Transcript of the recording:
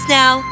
now